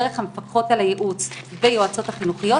דרך המפקחות על הייעוץ והיועצות החינוכיות,